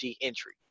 entry